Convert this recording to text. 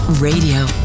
Radio